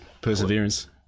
perseverance